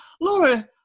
Laura